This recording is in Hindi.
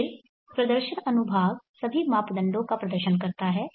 फिर प्रदर्शन अनुभाग सभी मापदंडों का प्रदर्शन करता है